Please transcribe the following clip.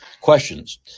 questions